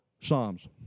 Psalms